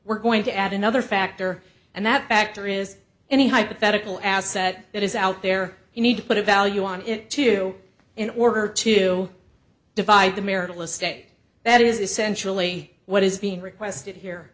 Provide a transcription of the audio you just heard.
we're going to add another factor and that factor is any hypothetical asset that is out there you need to put a value on it to in order to divide the marital estate that is essentially what is being requested here